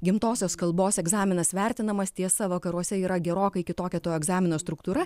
gimtosios kalbos egzaminas vertinamas tiesa vakaruose yra gerokai kitokia to egzamino struktūra